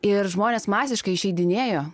ir žmonės masiškai išeidinėjo